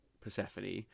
Persephone